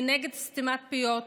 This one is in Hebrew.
אני נגד סתימת פיות,